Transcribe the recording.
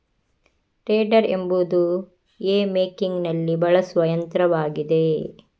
tedder ಎಂಬುದು hay ಮೇಕಿಂಗಿನಲ್ಲಿ ಬಳಸುವ ಯಂತ್ರವಾಗಿದೆ